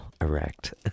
erect